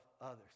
others